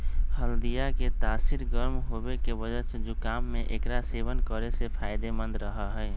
हल्दीया के तासीर गर्म होवे के वजह से जुकाम में एकरा सेवन करे से फायदेमंद रहा हई